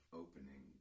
opening